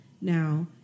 now